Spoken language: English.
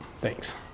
Thanks